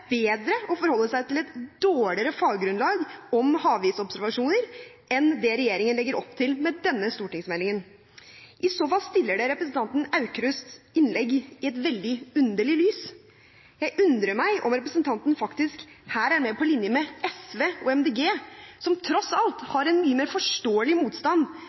bedre å forholde seg til et dårligere faggrunnlag om havisobservasjoner enn det regjeringen legger opp til med denne stortingsmeldingen. I så fall stiller det representanten Aukrusts innlegg i et veldig underlig lys. Jeg undrer meg over at representanten faktisk her er mer på linje med SV og MDG, som tross alt har en mye mer forståelig motstand